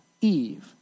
Eve